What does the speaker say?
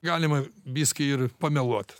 galima viską ir pameluot